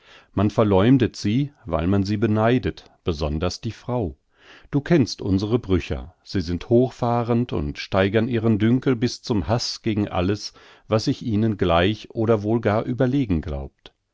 man verleumdet sie weil man sie beneidet besonders die frau du kennst unsere brücher sie sind hochfahrend und steigern ihren dünkel bis zum haß gegen alles was sich ihnen gleich oder wohl gar überlegen